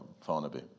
Farnaby